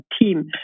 team